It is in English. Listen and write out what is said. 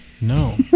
No